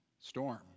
storm